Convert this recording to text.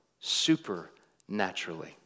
supernaturally